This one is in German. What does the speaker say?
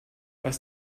was